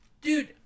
Dude